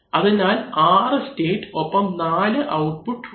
അതിനാൽ 6 സ്റ്റേറ്റ് ഒപ്പം 4 ഔട്ട്പുട്ട് ഉണ്ട്